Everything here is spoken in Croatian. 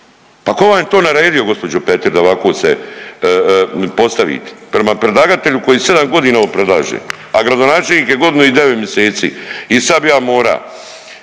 pa ko vam je to naredio gđo. Petir da ovako se postavite prema predlagatelju koji 7.g. ovo predlaže, a gradonačelnik je godinu i 9 miseci i sad bi ja mora.